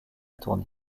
tournée